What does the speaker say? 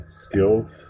skills